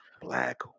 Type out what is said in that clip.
black